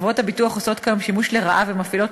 חברות הביטוח עושות כיום שימוש לרעה ומפעילות